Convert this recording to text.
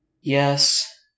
Yes